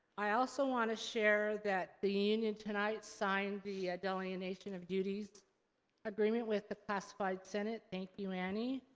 i also wanna share that the union tonight signed the delineation of duties agreement with the classified senate. thank you, annie.